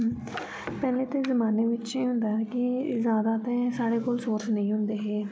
पैह्ले ते जमाने बिच्च एह् होदा हा कि ज्यादा ते साढे़ कोल सोर्स नेईं होंदे हे